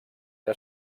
que